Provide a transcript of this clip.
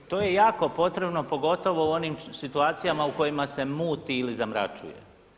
To je jako potrebno pogotovo u onim situacijama u kojima se muti ili zamračuje.